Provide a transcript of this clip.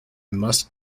must